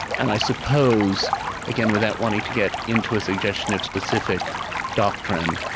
and i suppose again, without wanting to get into a suggestion of specific doctrine,